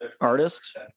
artist